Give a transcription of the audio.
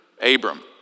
Abram